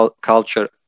culture